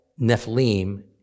Nephilim